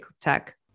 Tech